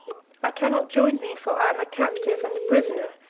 i can not join thee, for i am a captive and a prisoner,